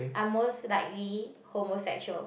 are most likely homosexual